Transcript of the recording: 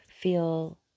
feel